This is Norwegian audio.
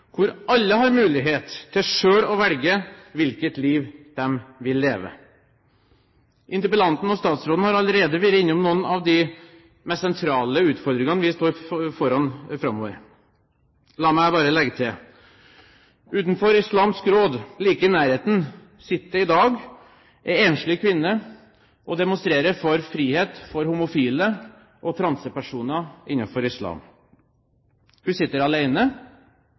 hvor alle har mulighet til selv å velge hvilket liv de vil leve. Interpellanten og statsråden har allerede vært innom noen av de mest sentrale utfordringene vi står foran framover. La meg bare legge til: Utenfor Islamsk Råd – like i nærheten – sitter det i dag ei enslig kvinne og demonstrerer for frihet for homofile og transpersoner innenfor islam. Hun sitter